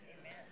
Amen